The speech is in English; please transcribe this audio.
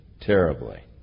terribly